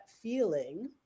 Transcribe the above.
feeling